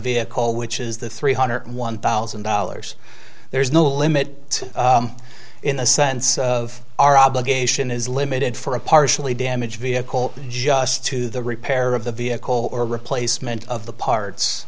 vehicle which is the three hundred one thousand dollars there's no limit in the sense of our obligation is limited for a partially damaged vehicle just to the repair of the vehicle or replacement of the parts